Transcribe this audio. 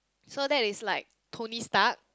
so that is like Tony-Stark